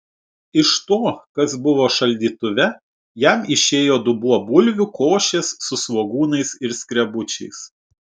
iš to kas buvo šaldytuve jam išėjo dubuo bulvių košės su svogūnais ir skrebučiais